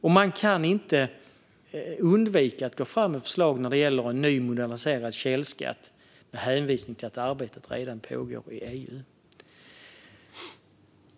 Och man kan inte undvika att gå fram med förslag om en ny, moderniserad källskatt med hänvisning till att arbetet redan pågår i EU.